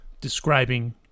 describing